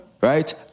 Right